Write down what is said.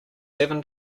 seven